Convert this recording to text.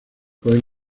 pueden